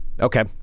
Okay